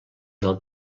del